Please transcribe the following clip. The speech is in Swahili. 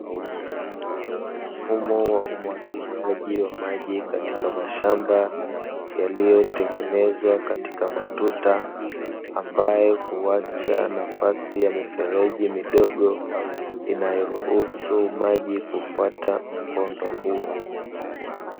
Mfumo wa umwagiliaji wa maji katika mashamba, yaliyo tengenezwa katika matuta, ambayo huacha nafasi ya mifereji midogo, inayoruhusu maji kufata mkondo huo.